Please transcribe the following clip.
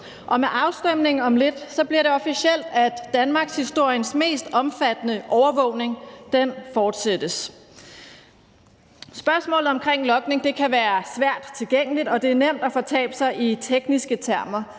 Og med afstemningen om lidt bliver det officielt, af danmarkshistoriens mest omfattende overvågning fortsættes. Spørgsmålet omkring logning kan være svært tilgængeligt, og det er nemt at fortabe sig i tekniske termer,